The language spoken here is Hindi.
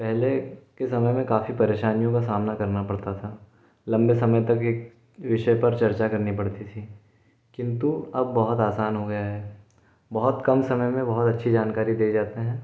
पहले के समय में काफ़ी परेशानियों का सामना करना पड़ता था लंबे समय तक एक विषय पर चर्चा करनी पड़ती थी किंतु अब बहुत आसान हो गया है बहुत कम समय में बहुत अच्छी जानकारी दे जाते हैं